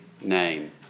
name